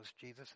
Jesus